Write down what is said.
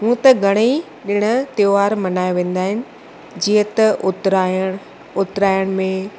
हूअं त घणेई ॾिणु त्योहार मल्हाया वेंदा आहिनि जीअं त उतरायण उतरायण में